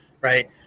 Right